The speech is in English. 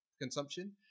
consumption